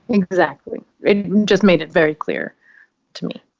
exactly. it just made it very clear to me